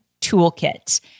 Toolkit